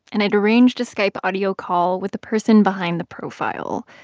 and i'd arranged a skype audio call with the person behind the profile.